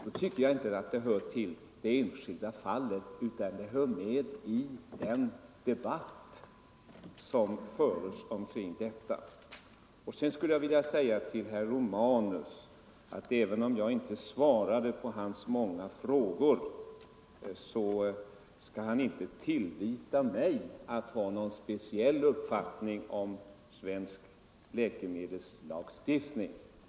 Då tycker jag inte att det är fråga om ett enskilt fall, utan att det hör hemma i den debatt som förs omkring detta problem. Även om jag inte svarade på herr Romanus” många frågor, skall han inte tillvita mig någon speciell uppfattning om svensk läkemedelslagstiftning.